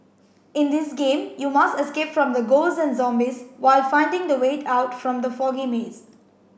in this game you must escape from the ghosts and zombies while finding the way out from the foggy maze